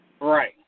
Right